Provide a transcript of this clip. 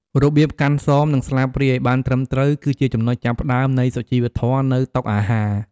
របៀបកាន់សម និងស្លាបព្រាឱ្យបានត្រឹមត្រូវ គឺជាចំណុចចាប់ផ្តើមនៃសុជីវធម៌នៅតុអាហារ។